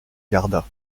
garda